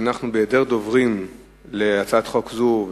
בהעדר דוברים להצעת חוק זו,